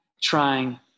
trying